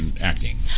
acting